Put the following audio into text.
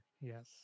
Yes